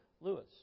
Lewis